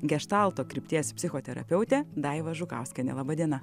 geštalto krypties psichoterapeutė daiva žukauskienė laba diena